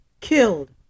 killed